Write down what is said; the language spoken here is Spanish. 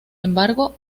embargo